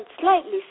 slightly